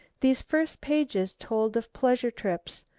these first pages told of pleasure trips,